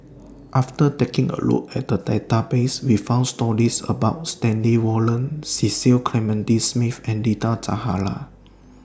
after taking A Look At The Database We found stories about Stanley Warren Cecil Clementi Smith and Rita Zahara